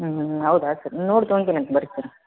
ಹ್ಞೂ ಹೌದಾ ಸರ್ ನೋಡಿ ತಗೊಂತೀನಿ ಅಂತೆ ಬನ್ರಿ ಸರ